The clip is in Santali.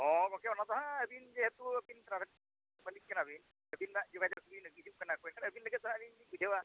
ᱦᱚᱸ ᱜᱚᱢᱠᱮ ᱚᱱᱟ ᱫᱚ ᱦᱟᱸᱜ ᱟᱹᱵᱤᱱ ᱡᱮᱦᱮᱛᱩ ᱟᱹᱵᱤᱱ ᱯᱨᱟᱵᱷᱮᱴ ᱢᱟᱹᱞᱤᱠ ᱠᱟᱱᱟᱵᱤᱱ ᱟᱹᱵᱤᱱᱟᱜ ᱡᱳᱜᱟᱡᱳᱜᱽ ᱵᱤᱱ ᱟᱹᱵᱤᱱ ᱞᱟᱹᱜᱤᱫ ᱫᱚ ᱦᱟᱸᱜ ᱞᱤᱧ ᱵᱩᱡᱷᱟᱹᱣᱟ